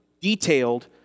detailed